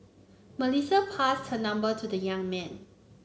Melissa passed her number to the young man